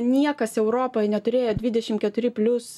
niekas europoj neturėjo dvidešim keturi plius